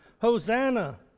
Hosanna